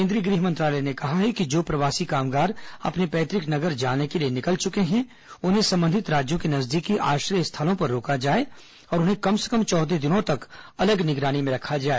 केंद्रीय गृह मंत्रालय ने कहा कि जो प्रवासी कामगार अपने पैतृक नगर जाने के लिए निकल चुके हैं उन्हें संबंधित राज्यों के नजदीकी आश्रय स्थलों पर रोका जाए और उन्हें कम से कम चौदह दिनों तक अलग निगरानी में रखा जाए